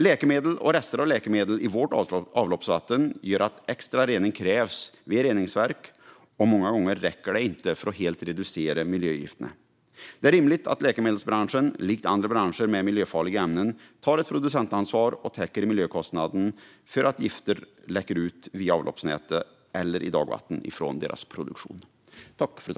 Läkemedel och rester av läkemedel i vårt avloppsvatten gör att extra rening krävs i reningsverken, och många gånger räcker inte det för att helt reducera miljögifterna. Det är rimligt att läkemedelsbranschen, likt andra branscher med miljöfarliga ämnen, tar ett producentansvar och täcker miljökostnaden för att gifter från dess produktion läcker ut via avloppsnätet eller i dagvattnet.